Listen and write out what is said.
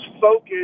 focus